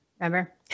Remember